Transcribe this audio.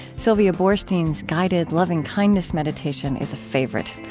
sylvia boorstein's guided lovingkindness meditation is a favorite.